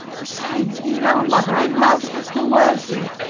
besides, you know, mother, i love hester worsley.